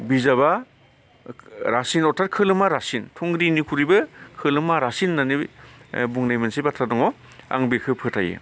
बिजाबा रासिनथार खोलोमा रासिन थुंग्रिनिख्रुयबो खोलोमा रासिन होननानै बुंनाय मोनसे बाथ्रा दङ आं बेखौ फोथायो